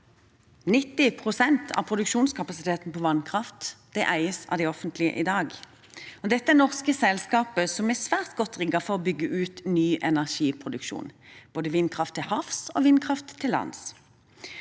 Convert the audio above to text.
pst. av produksjonskapasiteten på vannkraft, det eies av de offentlige i dag. Dette er norske selskaper som er svært godt rigget for å bygge ut ny energiproduksjon, både vindkraft til havs og vindkraft til lands.